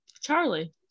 Charlie